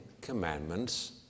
Commandments